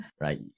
right